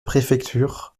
préfecture